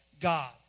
God